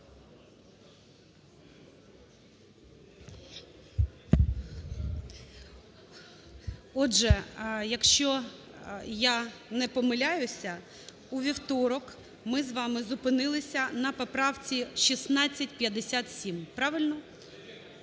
Отже, якщо я не помиляюся, у вівторок ми з вами зупинилися на поправці 1657. Правильно?